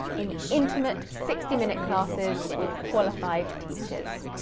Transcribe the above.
in intimate, sixty minute classes with qualified teachers.